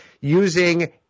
using